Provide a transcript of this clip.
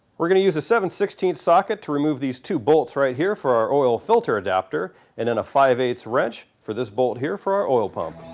we're going to use a seven sixteen s socket to remove these two bolts right here for our oil filter adapter and then a five eight wrench for this bolt here for our oil pump.